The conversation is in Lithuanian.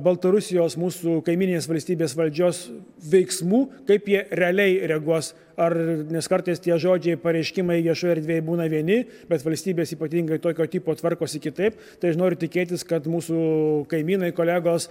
baltarusijos mūsų kaimyninės valstybės valdžios veiksmų kaip jie realiai reaguos ar nes kartais tie žodžiai pareiškimai viešoje erdvėj būna vieni bet valstybės ypatingai tokio tipo tvarkosi kitaip tai aš noriu tikėtis kad mūsų kaimynai kolegos